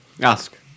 Ask